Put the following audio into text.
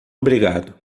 obrigado